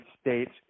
States